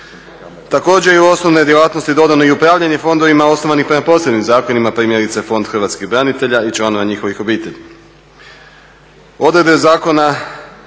Također, i u osnovnu je djelatnost dodano i u upravljanje fondovima osnovanim prema posebnim zakonima primjerice Fond Hrvatskih branitelja i članova njihovih obitelji. Odredbe zakona